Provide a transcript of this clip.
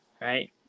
right